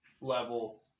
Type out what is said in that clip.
level